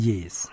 Yes